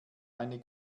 eine